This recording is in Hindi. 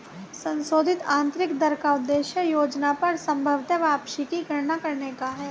संशोधित आंतरिक दर का उद्देश्य योजना पर संभवत वापसी की गणना करने का है